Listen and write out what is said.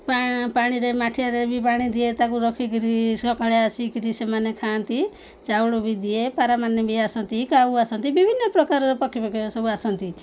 ପା ପାଣିରେ ମାଠଆରେ ବି ପାଣି ଦିଏ ତାକୁ ରଖିକିରି ସକାଳେ ଆସିକିରି ସେମାନେ ଖାଆନ୍ତି ଚାଉଳ ବି ଦିଏ ପାରାମାନେ ବି ଆସନ୍ତି କାଉ ଆସନ୍ତି ବିଭିନ୍ନ ପ୍ରକାରର ପକ୍ଷୀପକ୍ଷୀ ସବୁ ଆସନ୍ତି